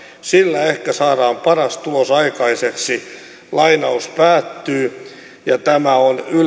sillä ehkä saadaan paras tulos aikaiseksi tämä on ylen